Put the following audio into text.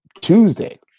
Tuesday